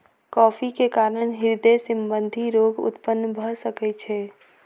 coffee के कारण हृदय संबंधी रोग उत्पन्न भअ सकै छै